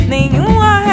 Nenhuma